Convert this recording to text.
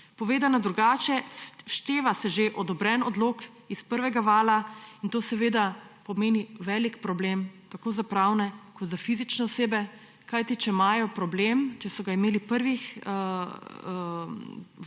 Povedano drugače, všteva se že odobren odlog iz prvega vala in to seveda pomeni velik problem tako za pravne kot za fizične osebe, kajti če imajo problem, če so ga imeli v prvem obdobju